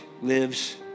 lives